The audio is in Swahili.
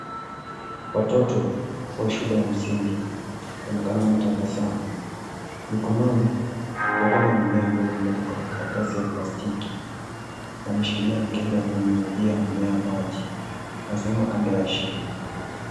Watoto wa shule ya msingi wanaonekana wametabasamu mikononi wako na mimea ambavyo imewekwa kwa karatasi ya plastiki na wameshikilia mikebe ya kunyunyizia mimea maji wamesimama kando ya shimo.